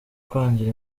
kwangira